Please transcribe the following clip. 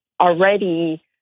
already